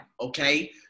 okay